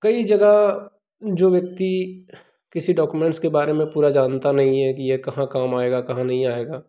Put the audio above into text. कई जगह जो व्यक्ति किसी डॉक्युमेंट्स के बारे में पूरा जानता नहीं है कि ये कहाँ काम आएगा कहाँ नहीं आएगा